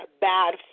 bad